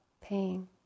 pain